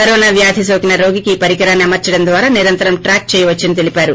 corona వ్యాధి సోకిన రోగికి ఈ పరికరాన్ని అమర్చడం ద్వారా నిరంతరం ట్రాక్ చేయ వచ్చని తెలిపారు